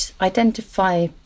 identify